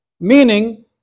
Meaning